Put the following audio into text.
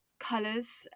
colors